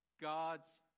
God's